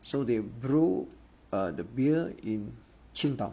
so they brew uh the beer in 青岛